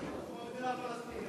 מדינה פלסטינית.